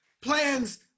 Plans